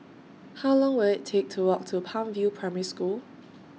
How Long Will IT Take to Walk to Palm View Primary School